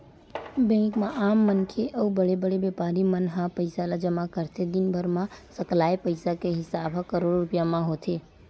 bank म आम मनखे अउ बड़े बड़े बेपारी मन ह पइसा ल जमा करथे, दिनभर म सकलाय पइसा के हिसाब ह करोड़ो रूपिया म होथे